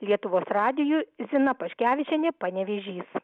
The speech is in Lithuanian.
lietuvos radijui zina paškevičienė panevėžys